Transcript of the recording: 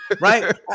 right